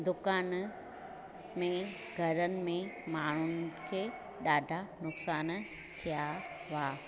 दुकान में घरनि में माण्हुनि खे ॾाढा नुक़सान थिया हुआ